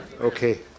Okay